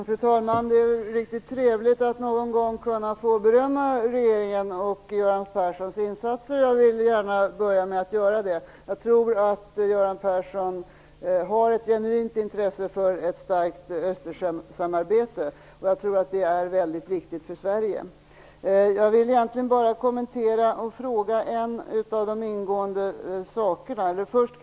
Fru talman! Det är riktigt trevligt att någon gång kunna få berömma regeringen, och Göran Perssons insatser. Jag vill gärna börja med att göra det. Jag tror att Göran Persson har ett genuint intresse för ett starkt Östersjösamarbete. Jag tror också att det är väldigt viktigt för Sverige. Egentligen vill jag bara kommentera några saker, och ställa några frågor.